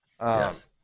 Yes